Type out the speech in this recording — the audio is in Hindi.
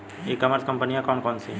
ई कॉमर्स कंपनियाँ कौन कौन सी हैं?